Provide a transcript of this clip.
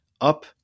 up